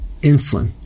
insulin